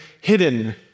hidden